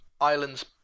Islands